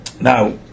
Now